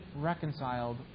reconciled